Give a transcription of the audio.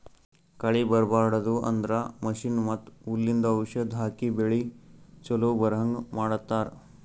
ಕಳಿ ಬರ್ಬಾಡದು ಅಂದ್ರ ಮಷೀನ್ ಮತ್ತ್ ಹುಲ್ಲಿಂದು ಔಷಧ್ ಹಾಕಿ ಬೆಳಿ ಚೊಲೋ ಬರಹಂಗ್ ಮಾಡತ್ತರ್